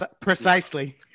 Precisely